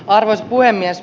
arvoisa puhemies